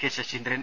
K Saseendran